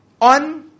on